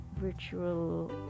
virtual